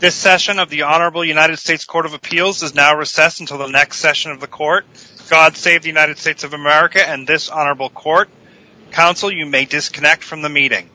this session of the honorable united states court of appeals is now recess until the next session of the court god save the united states of america and this honorable court counsel you may disconnect from the meeting